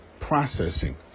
processing